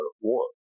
war